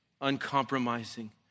uncompromising